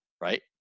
Right